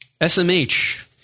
SMH